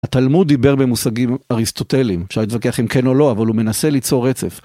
התלמוד דיבר במושגים אריסטוטליים, אפשר להתווכח אם כן או לא, אבל הוא מנסה ליצור רצף.